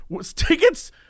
Tickets